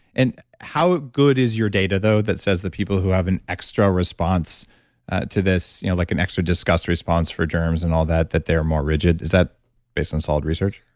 and how good is your data though that says that people who have an extra response to this, you know like an extra disgust response for germs and all that, that they're more rigid? is that based on solid research?